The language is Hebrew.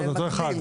זה אותו אחד.